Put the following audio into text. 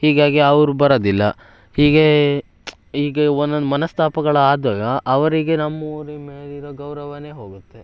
ಹೀಗಾಗಿ ಅವ್ರು ಬರೋದಿಲ್ಲ ಹೀಗೇ ಹೀಗೆ ಒಂದೊಂದು ಮನಸ್ತಾಪಗಳು ಆದಾಗ ಅವರಿಗೆ ನಮ್ಮೂರಿನ ಮೇಲಿರೋ ಗೌರವವೇ ಹೋಗುತ್ತೆ